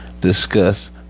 discuss